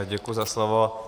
Děkuji za slovo.